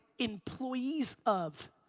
employees of.